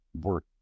work